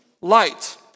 light